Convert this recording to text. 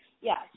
Yes